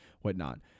whatnot